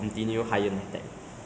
on networking course in